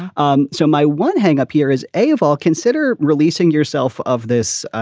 um so my one hangup here is a of all consider releasing yourself of this